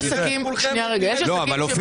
יש עסקים שמגישים